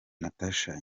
natacha